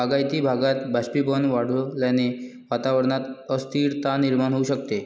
बागायती भागात बाष्पीभवन वाढल्याने वातावरणात अस्थिरता निर्माण होऊ शकते